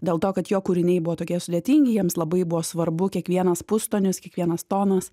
dėl to kad jo kūriniai buvo tokie sudėtingi jiems labai buvo svarbu kiekvienas pustonius kiekvienas tonas